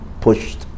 pushed